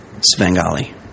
Svengali